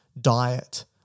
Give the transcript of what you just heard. diet